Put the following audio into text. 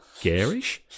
garish